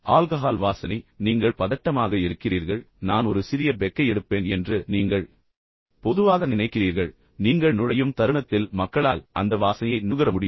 alcohol வாசனை எனவே நீங்கள் பதட்டமாக இருக்கிறீர்கள் எனவே நான் ஒரு சிறிய பெக்கை எடுப்பேன் என்று நீங்கள் பொதுவாக நினைக்கிறீர்கள் ஆனால் நீங்கள் நுழையும் தருணத்தில் மக்களால் அந்த வாசனையை நுகர முடியும்